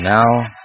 now